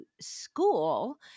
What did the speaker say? school